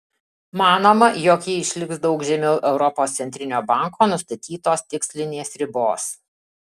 manoma jog ji išliks daug žemiau europos centrinio banko nustatytos tikslinės ribos